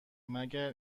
مگر